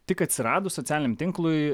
tik atsiradus socialiniam tinklui